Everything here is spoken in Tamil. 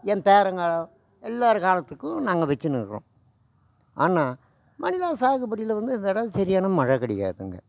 என் பேரன் காலம் எல்லார் காலத்துக்கும் நாங்கள் வெச்சின்னுருக்கிறோம் ஆனால் சாகுபடியில் வந்து இந்த தடவை சரியான மழை கிடையாதுங்க